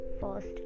First